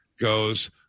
goes